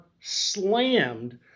slammed